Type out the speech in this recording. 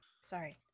sorry